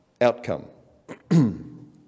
outcome